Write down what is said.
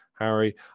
harry